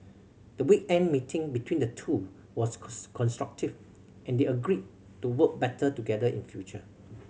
the weekend meeting between the two was constructive and they agreed to work better together in future